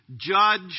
judge